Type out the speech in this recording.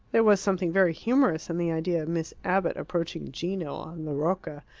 there was something very humorous in the idea of miss abbott approaching gino, on the rocca,